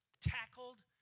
tackled